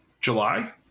July